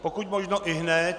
Pokud možno ihned.